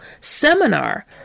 seminar